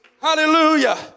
Hallelujah